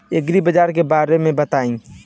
एग्रीबाजार के बारे में बताई?